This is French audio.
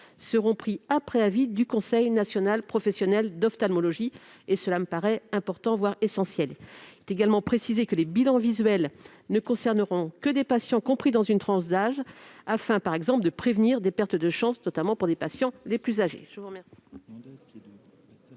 soient pris après avis du Conseil national professionnel d'ophtalmologie, ce qui nous paraît essentiel. Il est également précisé que les bilans visuels ne concerneront que des patients compris dans une tranche d'âge afin de prévenir les pertes de chance, notamment pour les patients les plus âgés.